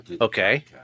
okay